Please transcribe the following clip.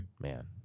man